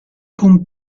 con